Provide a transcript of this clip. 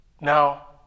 Now